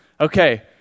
Okay